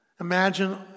Imagine